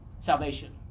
salvation